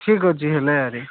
ଠିକ୍ ଅଛି ହେଲେ ଆରି